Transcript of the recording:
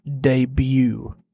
debut